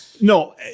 no